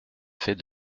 fait